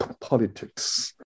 politics